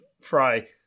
Fry